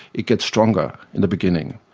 it gets stronger in the beginning.